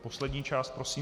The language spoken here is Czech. Poslední část prosím.